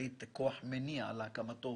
היית כוח מניע להקמתה